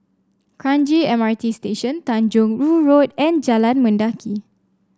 Kranji M R T Station Tanjong Rhu Road and Jalan Mendaki